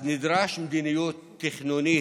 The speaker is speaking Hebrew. אז נדרשת מדיניות תכנונית.